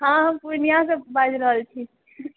हँ हम पुर्णिया से बाजि रहल छी